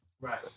Right